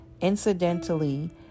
Incidentally